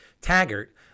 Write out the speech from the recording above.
Taggart